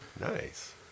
Nice